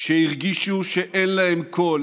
שהרגישו שאין להם קול